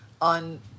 on